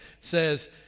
says